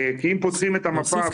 כי אם פורסים את המפה,